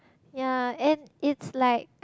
ya and it's like